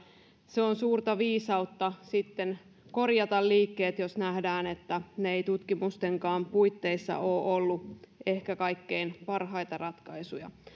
se on suurta viisautta sitten korjata liikkeet jos nähdään että ne eivät tutkimustenkaan puitteissa ole olleet ehkä kaikkein parhaita ratkaisuja